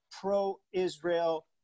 pro-Israel